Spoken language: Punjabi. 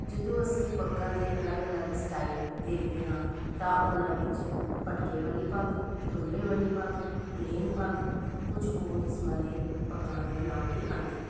ਜਦੋਂ ਅਸੀਂ ਪੱਗਾਂ ਦੇ ਅਲੱਗ ਅਲੱਗ ਸਟਾਈਲ ਦੇਖਦੇ ਹਾਂ ਤਾਂ ਉਹਨਾਂ ਵਿੱਚ ਪਟਕੇ ਵਾਲੀ ਪੱਗ ਤੁਰਲੇ ਵਾਲੀ ਪੱਗ ਪਲੇਨ ਪੱਗ ਕੁਛ ਹੋਰ ਕਿਸਮਾਂ ਦੇ ਪੱਗਾਂ ਦੇ ਨਾਂ ਵੀ ਆਉਂਦੇ ਹਨ